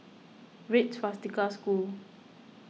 Red Swastika School